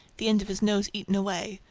the end of his nose eaten away,